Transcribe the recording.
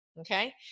Okay